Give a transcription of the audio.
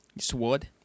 Sword